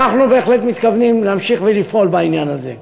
ואנחנו בהחלט מתכוונים להמשיך ולפעול בעניין הזה.